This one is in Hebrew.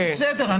זה בסדר.